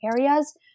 areas